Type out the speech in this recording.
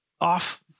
off